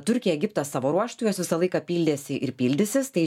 turkija egiptas savo ruožtu juos visą laiką pildėsi ir pildysis tai